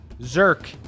zerk